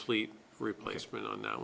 fleet replacement on that